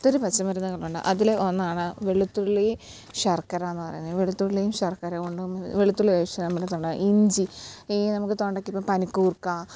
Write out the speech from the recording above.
ഒത്തിരി പച്ചമരുന്നുകളുണ്ട് അതില് ഒന്നാണ് വെളുത്തുള്ളി ശർക്കരാന്ന് പറയുന്നത് വെളുത്തുള്ളിയും ശർക്കരകൊണ്ടും വെളുത്തുള്ളി കഴിച്ചാല്മതി തൊണ്ടവേദന ഇഞ്ചി ഈ നമുക്ക് തൊണ്ടയ്ക്കിപ്പോള് പനിക്കൂർക്ക